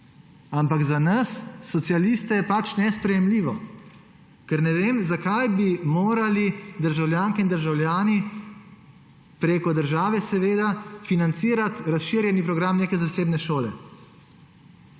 ampak za nas socialiste je pač nesprejemljivo, ker ne vem, zakaj bi morali državljanke in državljani, preko države seveda, financirati razširjeni program neke zasebne šole.